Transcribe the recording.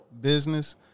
business